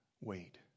wait